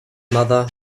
mother